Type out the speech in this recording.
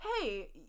hey